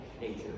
nature